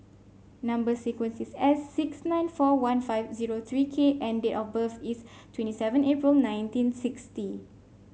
number sequence is S six nine four one five zero three K and date of birth is twenty seven April nineteen sixty